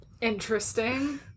interesting